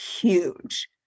huge